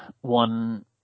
one